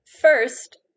First